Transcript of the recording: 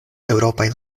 eŭropaj